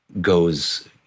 goes